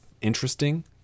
Interesting